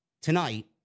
tonight